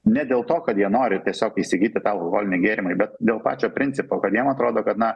ne dėl to kad jie nori tiesiog įsigyti tą alkoholinį gėrimą bet dėl pačio principo kad jiem atrodo kad na